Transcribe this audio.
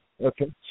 Okay